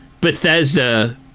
Bethesda